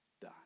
die